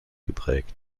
geprägt